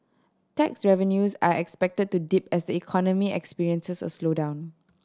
tax revenues are expected to dip as economy experiences a slowdown